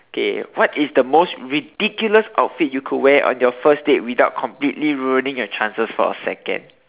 K what is the most ridiculous outfit you could wear on your first date without completely ruining your chances for a second